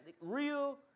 real